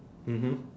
mmhmm